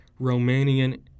Romanian